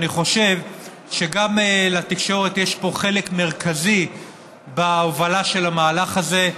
אני חושב שגם לתקשורת יש פה חלק מרכזי בהובלה של המהלך הזה.